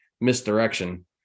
misdirection